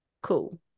Cool